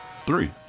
Three